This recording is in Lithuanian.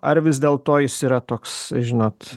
ar vis dėl to jis yra toks žinot